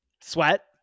Sweat